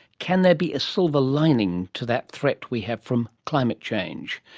can there be a silver lining to that threat we have from climate change?